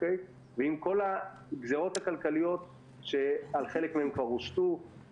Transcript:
ועם כל הגזרות הכלכליות שחלק מהם כבר הושתו,